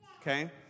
okay